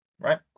right